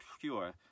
pure